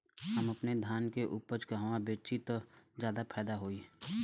हम अपने धान के उपज कहवा बेंचि त ज्यादा फैदा होई?